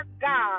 God